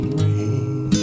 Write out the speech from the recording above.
rain